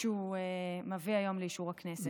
שהוא מביא היום לאישור הכנסת.